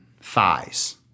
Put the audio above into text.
thighs